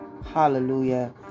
hallelujah